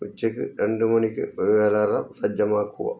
ഉച്ചയ്ക്ക് രണ്ട് മണിക്ക് ഒരു അലാറം സജ്ജമാക്കുക